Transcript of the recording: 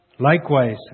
Likewise